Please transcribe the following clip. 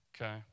okay